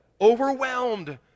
overwhelmed